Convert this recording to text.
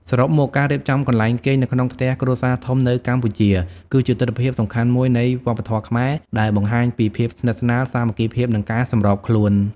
សរុបមក ការរៀបចំកន្លែងគេងនៅក្នុងផ្ទះគ្រួសារធំនៅកម្ពុជា គឺជាទិដ្ឋភាពសំខាន់មួយនៃវប្បធម៌ខ្មែរ ដែលបង្ហាញពីភាពស្និទ្ធស្នាល សាមគ្គីភាព និងការសម្របខ្លួន។